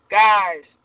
guys